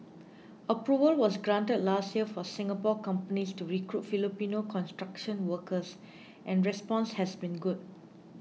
approval was granted last year for Singapore companies to recruit Filipino construction workers and response has been good